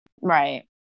Right